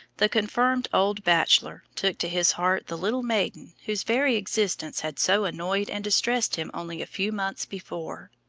the confirmed old bachelor took to his heart the little maiden whose very existence had so annoyed and distressed him only a few months before.